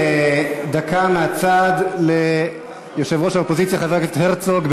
דקה מהצד לראש האופוזיציה חבר הכנסת הרצוג.